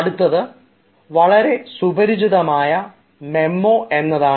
അടുത്തത് വളരെ സുപരിചിതമായ മെമ്മോ എന്നതാണ്